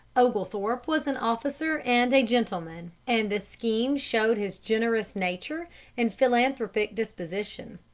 oglethorpe was an officer and a gentleman, and this scheme showed his generous nature and philanthropic disposition.